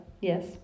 yes